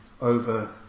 over